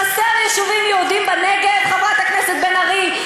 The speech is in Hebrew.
חסר יישובים יהודיים בנגב, חברת הכנסת בן ארי?